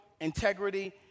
integrity